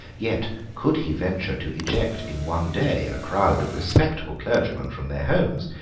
yet could he venture to eject in one day a crowd of respectable clergymen from their homes,